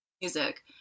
music